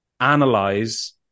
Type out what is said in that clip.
analyze